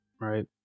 Right